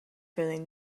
feeling